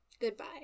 Goodbye